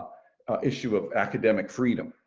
ah issue of academic freedom,